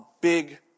big